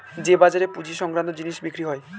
যে বাজারে পুঁজি সংক্রান্ত জিনিস বিক্রি হয়